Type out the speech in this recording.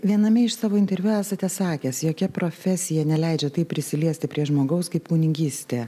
viename iš savo interviu esate sakęs jokia profesija neleidžia taip prisiliesti prie žmogaus kaip kunigystė